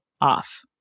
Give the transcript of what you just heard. off